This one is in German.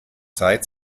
zeit